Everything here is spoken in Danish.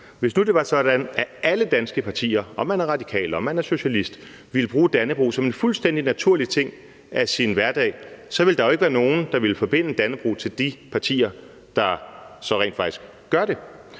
Hvis det nu var sådan, at alle danske partier – om man er radikal, eller om man er socialist – ville bruge dannebrog som en fuldstændig naturlig ting i deres hverdag, ville der jo ikke være nogen, der ville forbinde dannebrog med de partier, der så rent faktisk gør det.